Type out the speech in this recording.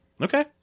Okay